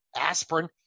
aspirin